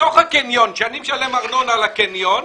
בתוך הקניון שאני משלם ארנונה לקניון,